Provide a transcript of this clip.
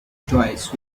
twice